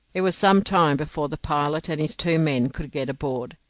it was some time before the pilot and his two men could get aboard,